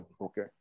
okay